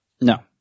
No